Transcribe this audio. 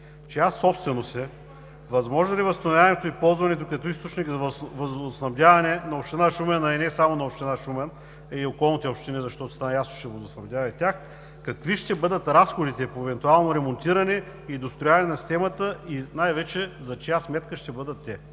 чия собственост е; възможно ли е възстановяването и ползването ѝ като източник за водоснабдяване на община Шумен, а и не само, а и на околните общини, защото стана ясно, че водоснабдява и тях; какви ще бъдат разходите по евентуалното ремонтиране и дострояването на системата; и най-вече за чия сметка ще бъдат те?